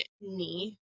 knee